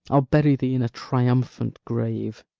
i'll bury thee in a triumphant grave